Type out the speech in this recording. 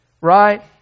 right